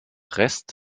rest